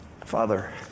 Father